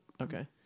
okay